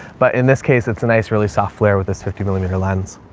but in this case it's a nice really soft flair. with this fifty millimeter lens,